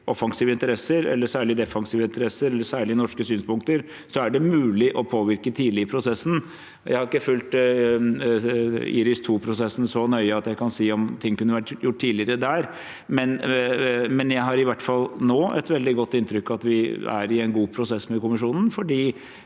offensive interesser, særlig defensive interesser eller særlig norske synspunkter, er det mulig å påvirke tidlig i prosessen. Jeg har ikke fulgt IRIS[2]-prosessen så nøye at jeg kan si om ting kunne vært gjort tidligere der, men jeg har i hvert fall nå et veldig godt inntrykk av at vi er i en god prosess med Kommisjonen. Som